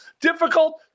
difficult